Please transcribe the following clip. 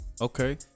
okay